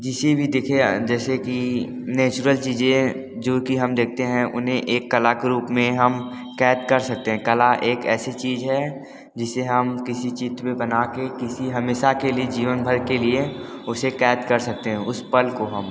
जिसे भी देखिए जैसे कि नेचुरल चीज़ें जो कि हम देखते हैं उन्हें एक कला के रूप में हम कैद कर सकते हैं कला एक ऐसी चीज़ है जिसे हम किसी चित्र में बना के किसी हमेशा के लिए जीवन भर के लिए उसे कैद कर सकते हैं उस पल को हम